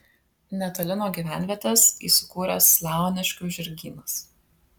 netoli nuo gyvenvietės įsikūręs leoniškių žirgynas